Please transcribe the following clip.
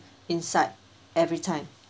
inside everytime